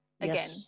again